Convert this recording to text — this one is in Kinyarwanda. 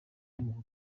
w’umuntu